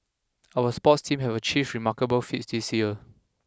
our sports teams have achieved remarkable feats this year